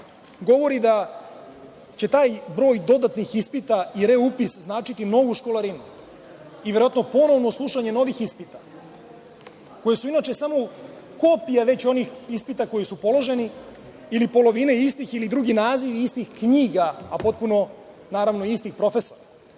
govori da će taj broj dodatnih ispita i reupis značiti novu školarinu i verovatno ponovno slušanje novih ispita, koji su inače kopija već onih ispita koji su položeni ili polovina istih ili drugi naziv istih knjiga, a potpuno, naravno, istih profesora.